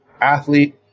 athlete